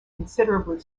considerably